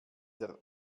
der